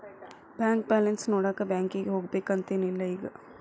bank balance ನೋಡಾಕ ಬ್ಯಾಂಕಿಗೆ ಹೋಗ್ಬೇಕಂತೆನ್ ಇಲ್ಲ ಈಗ